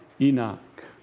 Enoch